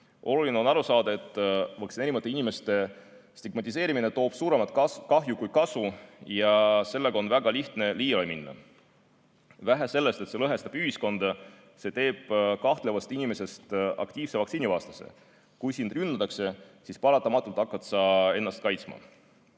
Oluline on aru saada, et vaktsineerimata inimeste stigmatiseerimine toob suuremat kahju kui kasu, ja sellega on väga lihtne liiale minna. Vähe sellest, et see lõhestab ühiskonda, see teeb kahtlevast inimesest aktiivse vaktsiinivastase. Kui sind rünnatakse, siis paratamatult hakkad sa ennast kaitsma.